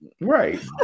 Right